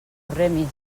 remis